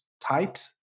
tight